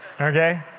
okay